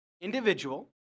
individual